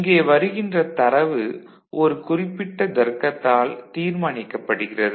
இங்கே வருகின்ற தரவு ஒரு குறிப்பிட்ட தர்க்கத்தால் தீர்மானிக்கப்படுகிறது